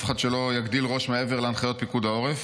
שאף אחד לא יגדיל ראש מעבר להנחיות פיקוד העורף,